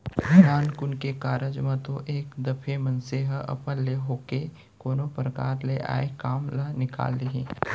नानमुन के कारज म तो एक दफे मनसे ह अपन ले होके कोनो परकार ले आय काम ल निकाल लिही